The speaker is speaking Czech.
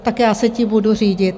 Tak já se tím budu řídit.